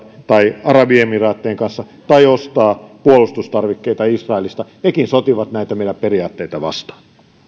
tai arabiemiraattien kanssa tai ostaa puolustustarvikkeita israelista nekin sotivat näitä meidän periaatteita vastaan